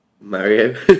Mario